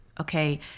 Okay